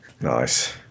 Nice